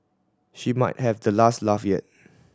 she might have the last laugh yet